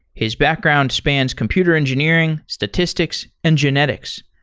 his background spans computer engineering, statistics and genetics.